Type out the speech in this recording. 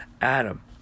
Adam